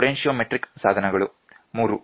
potentiometric ಸಾಧನಗಳು 3